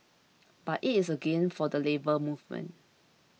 but it is a gain for the Labour Movement